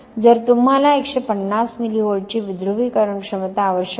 तर तुम्हाला 150 मिली व्होल्ट्सची विध्रुवीकरण क्षमता आवश्यक आहे